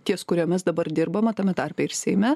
ties kuriomis dabar dirbama tame tarpe ir seime